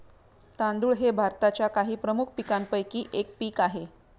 तांदूळ हे भारताच्या काही प्रमुख पीकांपैकी एक पीक आहे